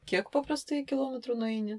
kiek paprastai kilometrų nueini